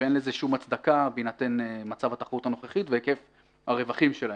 ואין לזה שום הצדקה בהינתן מצב התחרות הנוכחית והיקף הרווחים שלהם.